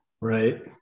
Right